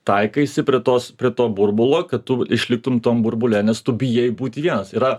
taikaisi prie tos prie to burbulo kad tu išliktum tam burbule nes tu bijai būti vienas yra